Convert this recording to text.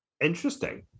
Interesting